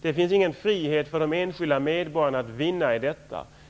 Det finns ingen frihet för de enskilda medborgarna att vinna i detta.